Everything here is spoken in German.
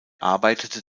arbeitete